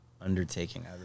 undertaking